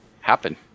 happen